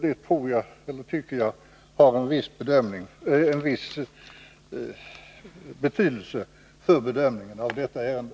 Det tycker jag har en viss betydelse för bedömningen av detta ärende.